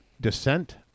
descent